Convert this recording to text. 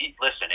listen